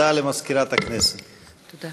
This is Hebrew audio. הנני